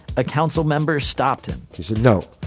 a council member stopped him he said, no,